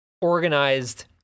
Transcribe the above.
organized